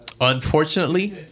Unfortunately